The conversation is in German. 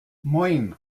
moin